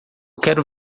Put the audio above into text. quero